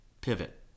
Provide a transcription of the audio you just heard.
pivot